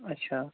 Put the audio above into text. اچھا